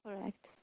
Correct